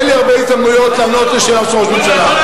אין לי הרבה הזדמנויות לענות על השאלה של ראש הממשלה.